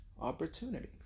opportunity